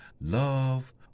love